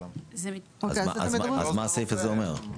אז מה הסעיף הזה אומר?